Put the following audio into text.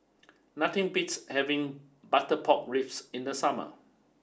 nothing beats having Butter Pork Ribs in the summer